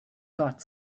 got